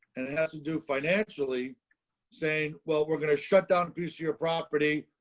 and it has to do financially saying, well, we're going to shut down boost your property,